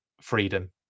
Freedom